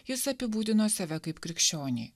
jis apibūdino save kaip krikščionį